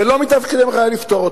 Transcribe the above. ולא מתפקידכם היה לפתור אותם,